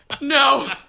No